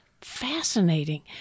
fascinating